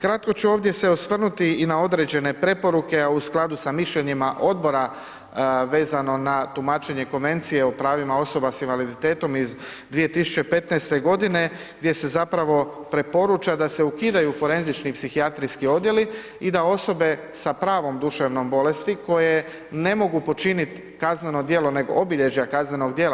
Kratko ću ovdje se osvrnuti i na određene preporuke, a u skladu sa mišljenjima odbora vezano na tumačenje Konvencije o pravima osoba s invaliditetom iz 2015.g. gdje se zapravo preporuča da se ukidaju forenzični psihijatrijski odjeli i da osobe sa pravom duševnom bolesti koje ne mogu počinit kazneno djelo, nego obilježja kaznenog djela.